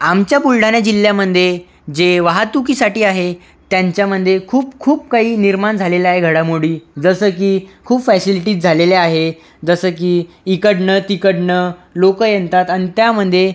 आमच्या बुलढाणा जिल्ह्यामध्ये जे वाहतुकीसाठी आहे त्यांच्यामध्ये खूप खूप काही निर्माण झालेल्या आहे घडामोडी जसं की खूप फॅसिलीटीस झालेल्या आहे जसं की इकडनं तिकडनं लोकं येनतात आणि त्यामध्ये